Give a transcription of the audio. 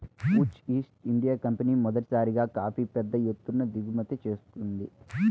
Dutch east India company మొదటిసారిగా కాఫీని పెద్ద ఎత్తున దిగుమతి చేసుకుంది